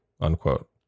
unquote